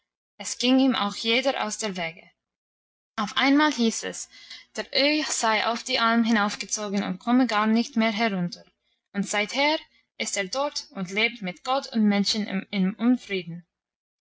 es ging ihm auch jeder aus dem wege auf einmal hieß es der öhi sei auf die alm hinaufgezogen und komme gar nicht mehr herunter und seither ist er dort und lebt mit gott und menschen im